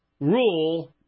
rule